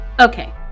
Okay